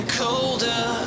colder